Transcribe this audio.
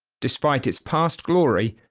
despite its past glory,